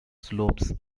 slopes